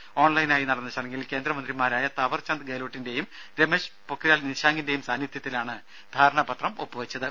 ടിയും ഓൺലൈനായി നടന്ന ചടങ്ങിൽ കേന്ദ്രമന്ത്രിമാരായ താവർചന്ദ് ഗെലോട്ടിന്റേയും രമേശ് പൊക്രിയാൽ നിശാങ്കിന്റേയും സാന്നിധ്യത്തിലാണ് ധാരണാ പത്രം ഒപ്പു വെച്ചത്